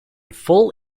full